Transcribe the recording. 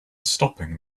stopping